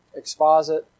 exposit